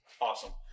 awesome